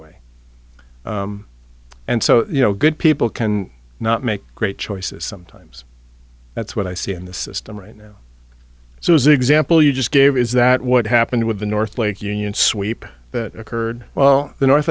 way and so you know good people can not make great choices sometimes that's what i see in the system right now so as the example you just gave is that what happened with the northlake union sweep that occurred well the north